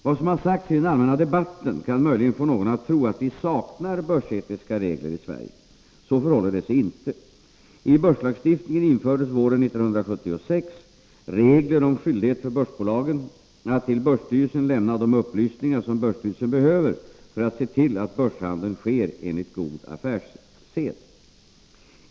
Vad som har sagts i den allmänna debatten kan möjligen få någon att tro att vi saknar börsetiska regler i Sverige. Så förhåller det sig inte. I börslagstiftningen infördes våren 1976 regler om skyldighet för börsbolagen att till börsstyrelsen lämna de upplysningar som börsstyrelsen behöver för att se till att börshandeln sker enligt god affärssed.